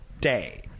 day